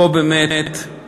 פה גם בועז,